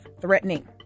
threatening